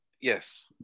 Yes